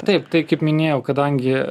taip tai kaip minėjau kadangi